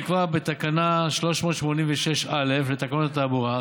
נקבע בתקנה 386א לתקנות התעבורה,